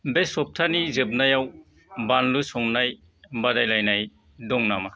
बे सप्तानि जोबनायाव बानलु संनाय बादायलायनाय दं नामा